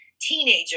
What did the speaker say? teenager